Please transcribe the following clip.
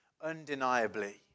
Undeniably